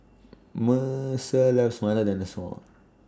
Mercer loves Milo Dinosaur